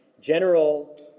general